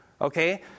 Okay